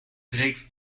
breekt